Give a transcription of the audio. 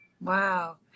Wow